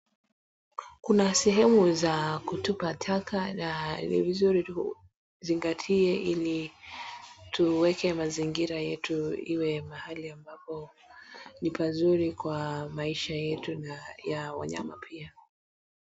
Kuna sehemu za kutupa taka na ni vizuri tuzingatie ili tuweke mazingira yetu iwe pahali ambapo ni pazuri kwa maisha yetu na ya wanyama pia.